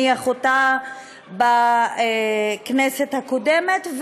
הניחו אותה בכנסת הקודמת,